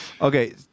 Okay